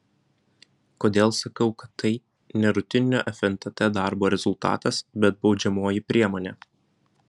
kodėl sakau kad tai ne rutininio fntt darbo rezultatas bet baudžiamoji priemonė